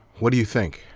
what do you think?